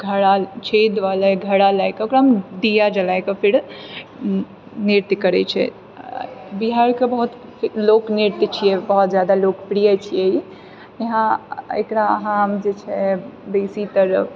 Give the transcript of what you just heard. घड़ा छेदवला घड़ा लऽ कऽ ओकरामे दीया जलाकऽ फेर नृत्य करै छै बिहारके बहुत लोकनृत्य छिए बहुत ज्यादा लोकप्रिय छिए ई इहाँ एकरा अहाँ जे छै बेसीतर